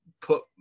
put